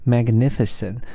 Magnificent